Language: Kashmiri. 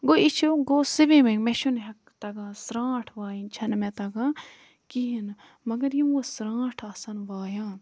گوٚو یہِ چھُ گوٚو سِوِمِنٛگ مےٚ چھُنہٕ تَگان سرٛانٛٹھ وایِنۍ چھَنہٕ مےٚ تَگان کِہیٖنۍ نہٕ مگر یِم وۄنۍ سرٛانٛٹھ آسیٚن وایان